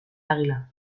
águila